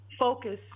focus